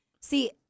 See